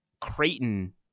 Creighton